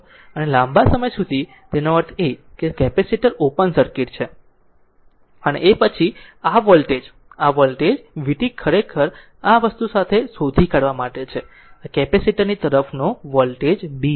અને લાંબા સમય સુધી તેનો અર્થ એ કે આ કેપેસિટર ઓપન સર્કિટ છે અને પછી વોલ્ટેજ આ વોલ્ટેજ vt ખરેખર આ વસ્તુ સાથે શોધી કાઢવા માટે છે આ કેપેસિટર ની તરફનો વોલ્ટેજ B છે